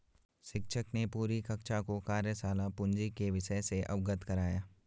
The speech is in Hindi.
शिक्षक ने पूरी कक्षा को कार्यशाला पूंजी के विषय से अवगत कराया